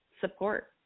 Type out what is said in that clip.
support